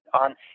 on